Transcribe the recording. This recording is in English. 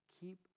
keep